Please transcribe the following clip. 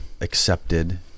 accepted